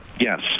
yes